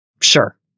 Sure